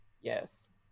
Yes